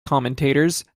commentators